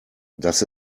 das